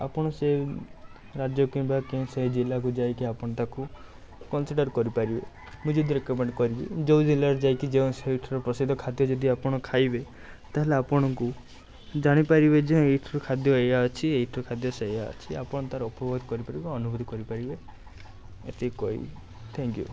ଆପଣ ସେଇ ରାଜ୍ୟ କିମ୍ବା ସେ ଜିଲ୍ଲାକୁ ଯାଇକି ଆପଣ ତାକୁ କନସିଣ୍ଡର୍ କରିପାରିବେ ମୁଁ ଯଦି ରେକମେଣ୍ଡ୍ କରିବି ଯେଉଁ ଜିଲ୍ଲାରେ ଯାଇକି ଯେଉଁ ସାଇଟ୍ର ପ୍ରସିଦ୍ଧ ଖାଦ୍ୟ ଯଦି ଆପଣ ଖାଇବେ ତାହେଲେ ଆପଣଙ୍କୁ ଜାଣିପାରିବେ ଯେ ଏଇଠାର ଖାଦ୍ୟ ଏଇଆ ଅଛି ଏଇଥିରୁ ଖାଦ୍ୟ ସେଇଆ ଅଛି ଆପଣ ତା'ର ଉପଭୋଗ କରିପାରିବେ ବା ଅନୁଭୂତି କରିପାରିବେ ଏତିକି କହିବି ଥାଙ୍କ୍ ୟୁ